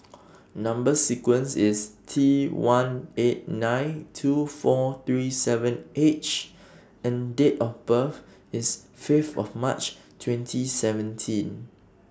Number sequence IS T one eight nine two four three seven H and Date of birth IS five of March twenty seventeen